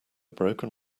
broken